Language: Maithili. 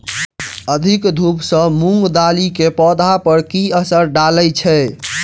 अधिक धूप सँ मूंग दालि केँ पौधा पर की असर डालय छै?